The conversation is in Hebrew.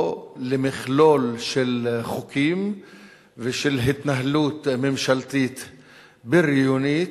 למכלול של חוקים ושל התנהלות ממשלתית בריונית,